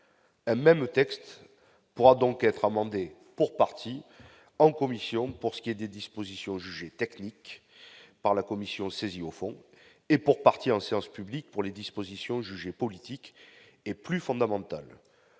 Même le texte pourra donc être amendée pour partie en commission pour ce qui est des dispositions jugées technique par la commission, saisie au fond et pour partie en séance publique pour les dispositions jugées politique est plus fondamentale